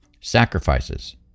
Sacrifices